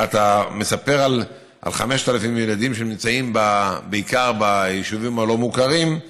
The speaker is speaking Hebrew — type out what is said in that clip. אתה מספר על 5,000 ילדים שנמצאים בעיקר ביישובים הלא-מוכרים,